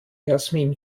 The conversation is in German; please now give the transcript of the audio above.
jasmin